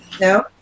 No